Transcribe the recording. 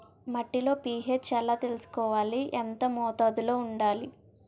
మట్టిలో పీ.హెచ్ ఎలా తెలుసుకోవాలి? ఎంత మోతాదులో వుండాలి?